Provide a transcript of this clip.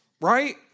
Right